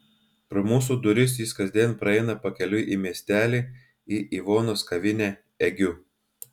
pro mūsų duris jis kasdien praeina pakeliui į miestelį į ivonos kavinę egiu